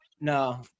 No